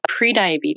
prediabetes